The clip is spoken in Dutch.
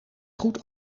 goed